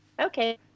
Okay